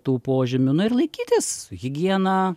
tų požymių na ir laikytis higiena